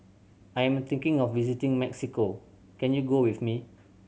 I am thinking of visiting Mexico can you go with me